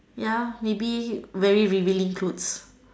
ya maybe very revealing clothes